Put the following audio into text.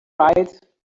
right